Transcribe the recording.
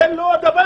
זה לא הדבר